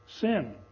sin